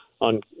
on